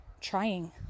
trying